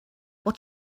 what